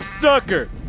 sucker